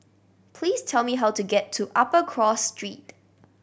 please tell me how to get to Upper Cross Street